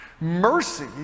Mercy